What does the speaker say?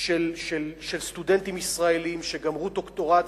של סטודנטים ישראלים שגמרו דוקטורט